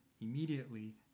immediately